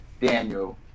Daniel